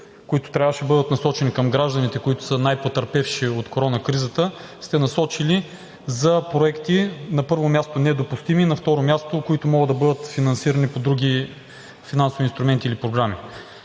които трябваше да бъдат насочени към гражданите, които са най-потърпевши от корона кризата, сте насочили за проекти – на първо място, недопустими и, на второ място, които могат да бъдат финансирани по други финансови инструменти или програми.